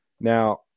Now